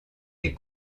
des